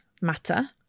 matter